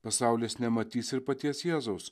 pasaulis nematys ir paties jėzaus